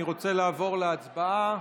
אני רוצה לעבור להצבעה.